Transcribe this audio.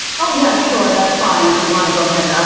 oh yeah sure, that's fine. if you want to go ahead, um